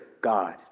God